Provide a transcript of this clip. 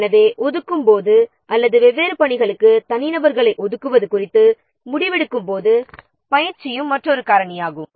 எனவே ஒதுக்கும்போது அல்லது வெவ்வேறு பணிகளுக்கு தனிநபர்களை ஒதுக்குவது குறித்து முடிவெடுக்கும் போது ட்ரெய்னிங்கும் மற்றொரு காரணியாகும்